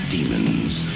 Demons